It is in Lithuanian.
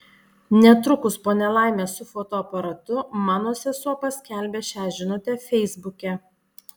netrukus po nelaimės su fotoaparatu mano sesuo paskelbė šią žinutę feisbuke